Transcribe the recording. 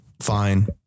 Fine